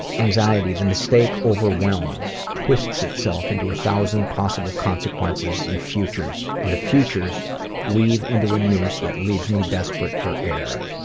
anxiety, the mistake overwhelms. it twists itself into a thousand possible consequences and futures, and the futures weave into a noose that leaves me desperate for air.